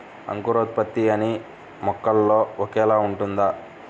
అంకురోత్పత్తి అన్నీ మొక్కల్లో ఒకేలా ఉంటుందా?